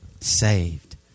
saved